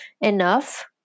enough